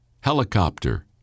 helicopter